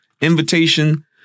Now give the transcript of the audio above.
invitation